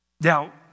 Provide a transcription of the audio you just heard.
Now